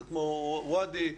את הוואדי,